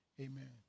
Amen